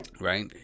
right